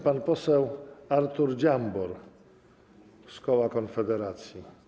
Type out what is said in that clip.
Pan poseł Artur Dziambor z koła Konfederacji.